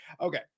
okay